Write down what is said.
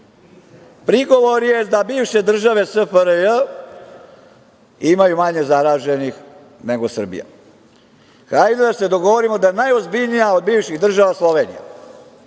je da bivše države SFRJ ima i manje zaraženih nego Srbija. Hajde da se dogovorimo da je najozbiljnija od bivših država Slovenija,